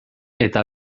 eta